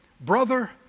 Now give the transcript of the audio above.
brother